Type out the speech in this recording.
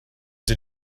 did